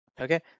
okay